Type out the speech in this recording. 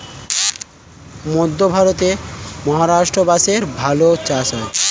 মধ্যে ভারতের মহারাষ্ট্রে বাঁশের ভালো চাষ হয়